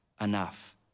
enough